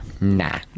nah